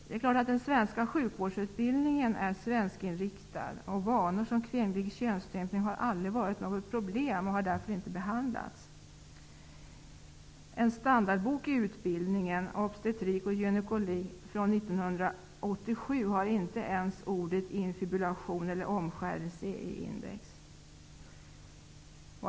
Det är klart att den svenska sjukvårdsutbildningen är inriktad på svenska förhållanden. Kvinnlig könsstympning har aldrig varit något problem och har därför inte behandlats. En standardbok från 1987 i utbildningen i obstetrik och gynekologi har inte ens orden infibulation eller omskärelse i index.